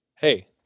Hey